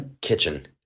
kitchen